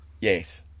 Yes